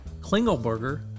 Klingelberger